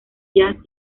jazz